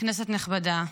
כנסת נכבדה,